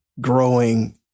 growing